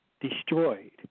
destroyed